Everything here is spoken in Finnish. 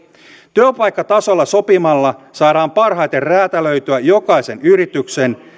työpaikkatasolla sopimalla saadaan parhaiten räätälöityä jokaisen yrityksen